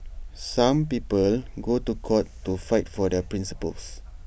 some people go to court to fight for their principles